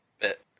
bit